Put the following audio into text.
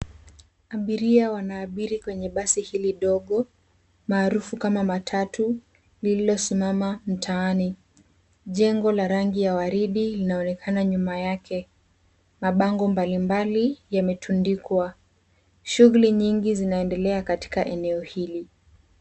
Abiria wanaabiri kwenye basi hili dogo maarufu kama matatu lililosimama mtaani. Jengo la rangi ya waridi linaonekana nyuma yake. Mabango mbalimbali yametundikwa. Shughuli nyingi zinaendelea katika eneo hili.